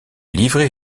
livret